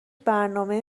برنامه